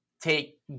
take